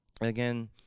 again